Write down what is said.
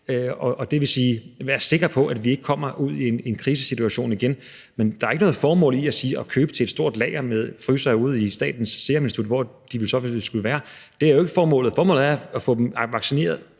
meget tæt, så vi er sikre på, at vi ikke kommer ud i en krisesituation igen. Men der er ikke noget formål i at købe til et stort lager med frysere ude på Statens Serum Institut, hvor de vel så skulle være – det er jo ikke formålet. Formålet er at få vaccinerne